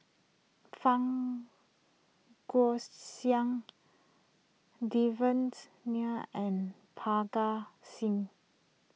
Fang Guixiang Devan's Nair and Parga Singh